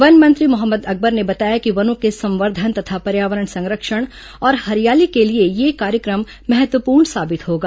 one मंत्री मोहम्मद अकबर ने बताया कि वनों के संवर्धन तथा पर्यावरण संरक्षण और हरियाली के लिए यह कार्यक्रम महत्वपूर्ण साबित होगा